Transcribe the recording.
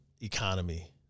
economy